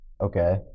okay